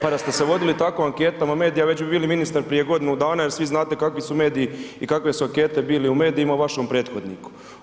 Pa da ste se vodili tako anketama medija već bi bili ministar prije godinu dana jer svi znate kakvi su mediji i kakve su ankete bile u medijima o vašem prethodniku.